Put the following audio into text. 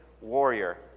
warrior